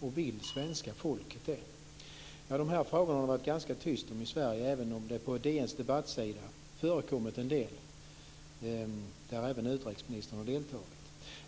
Vill svenska folket ha en sådan? Dessa frågor har det varit ganska tyst om i Sverige, även om det på DN:s debattsida förekommit en del inlägg, och där har även utrikesministern deltagit.